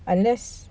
unless